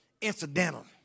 Incidental